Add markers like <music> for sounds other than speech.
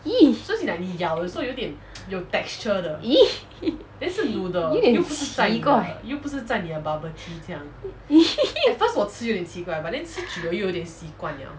!ee! !ee! <laughs> 有点奇怪 <laughs>